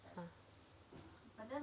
ah